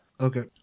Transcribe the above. Okay